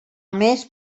més